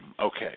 Okay